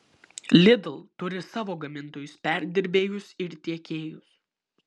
lidl turi savo gamintojus perdirbėjus ir tiekėjus